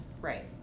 Right